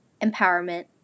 empowerment